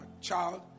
child